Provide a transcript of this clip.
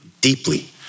deeply